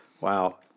Wow